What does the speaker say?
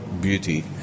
beauty